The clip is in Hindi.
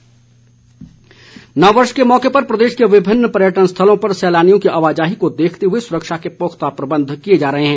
नववर्ष तैयारी नववर्ष के मौके पर प्रदेश के विभिन्न पर्यटन स्थलों पर सैलानियों की आवाजाही को देखते हुए सुरक्षा के पुख्ता प्रबंध किए जा रहे हैं